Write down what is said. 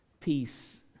peace